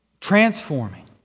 Transforming